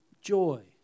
joy